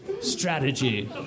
strategy